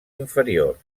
inferiors